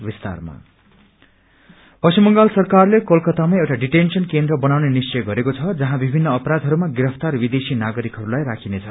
detention centre पश्चिम बंगाल सरकारले कोलकातामा एउटा डिटेंशन केन्द्र बनाउने निश्चय गरेको छ जहाँ विभिन्न अपराधहरूमा गिरफ्तार विदेशी नागरिकहरूलाई राखिनेछ